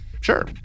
Sure